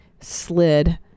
Slid